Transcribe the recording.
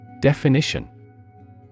Definition